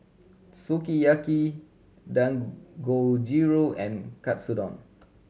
Sukiyaki Dangojiru and Katsudon